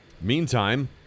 meantime